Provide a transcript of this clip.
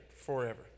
forever